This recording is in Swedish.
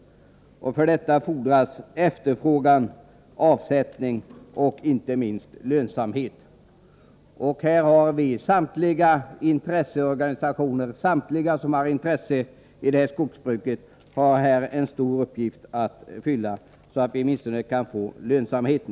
För detta fordras efterfrågan, avsättning och inte minst lönsamhet. Samtliga intresseorganisationer och intressenter i detta skogsbruk har här en stor uppgift att fylla så att vi åtminstone kan få lönsamhet.